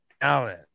Allen